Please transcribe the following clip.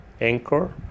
anchor